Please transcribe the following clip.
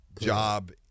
job